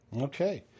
okay